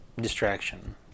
distraction